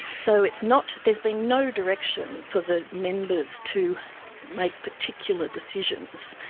so it's not there's been no direction for the members to make particular decisions,